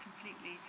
completely